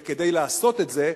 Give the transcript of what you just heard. וכדי לעשות את זה,